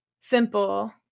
simple